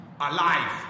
alive